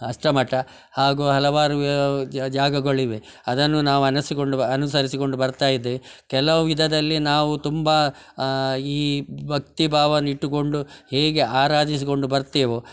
ಅಷ್ಟಮಠ ಹಾಗೂ ಹಲವಾರು ಜಾಗಗಳಿವೆ ಅದನ್ನು ನಾವು ಅನಸ್ಸಿಕೊಳ್ಳುವ ಅನುಸರಿಸಿಕೊಂಡು ಬರ್ತಾ ಇದ್ದೆ ಕೆಲವು ವಿಧದಲ್ಲಿ ನಾವು ತುಂಬ ಈ ಭಕ್ತಿ ಭಾವನಿಟ್ಟುಕೊಂಡು ಹೇಗೆ ಆರಾಧಿಸಿಕೊಂಡು ಬರ್ತಿವೋ